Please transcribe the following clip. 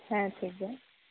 ᱦᱮᱸ ᱴᱷᱤᱠ ᱜᱮᱭᱟ